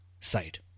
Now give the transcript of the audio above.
side